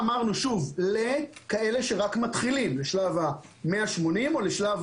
אמרנו שזה לכאלה שרק מתחילים לשלב ה-180 או לשלב